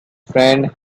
friend